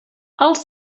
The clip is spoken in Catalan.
els